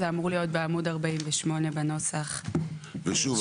זה אמור להיות בעמוד 48 בנוסח שפרסמנו.